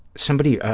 somebody,